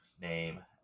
name